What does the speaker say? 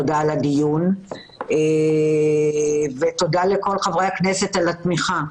תודה על הדיון ותודה לכל חברי הכנסת על התמיכה.